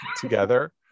together